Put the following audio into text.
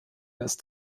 ist